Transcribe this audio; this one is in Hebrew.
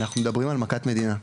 אנחנו מדברים על מכת מדינה,